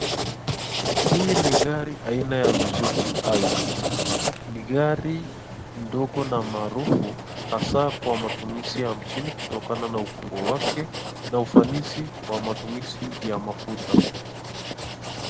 Hii ni gari aina ya zuzuki Alto . Ni gari ndogo na maarufu asaa kwa matumizi ya chini kutokana na ukubwa wake na ufanisi Wa matumizi ya mafuta.